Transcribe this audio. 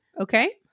okay